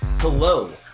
Hello